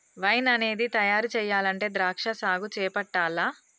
wine అనేది తయారు చెయ్యాలంటే ద్రాక్షా సాగు చేపట్టాల్ల